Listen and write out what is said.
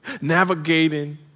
Navigating